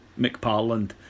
McParland